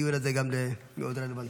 הדיון הזה למאוד רלוונטי.